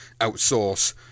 outsource